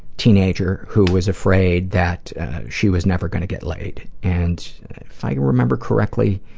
teenager who was afraid that she was never gonna get laid. and i remember correctly,